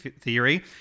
theory